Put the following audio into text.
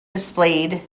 displayed